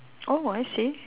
oh I see